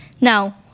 Now